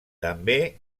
també